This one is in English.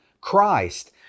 Christ